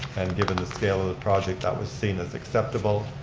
and given the scale of the project, that was seen as acceptable.